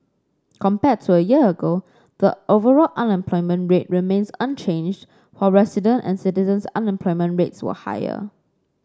compared to a year ago the overall unemployment rate remained unchanged while resident and citizen unemployment rates were higher